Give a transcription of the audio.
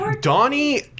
Donnie